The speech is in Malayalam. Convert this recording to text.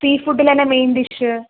സീ ഫുഡിൽ തന്നെ മെയിൻ ഡിഷ്